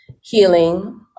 healing